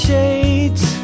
Shades